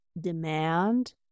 demand